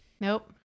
Nope